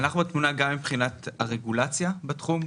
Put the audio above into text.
אנחנו בתמונה גם מבחינת הרגולציה בתחום,